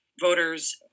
voters